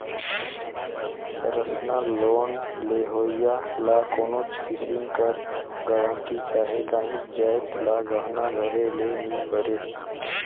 personal loan लेहोइया ल कोनोच किसिम कर गरंटी चहे काहींच जाएत ल गहना धरे ले नी परे